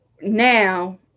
Now